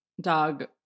dog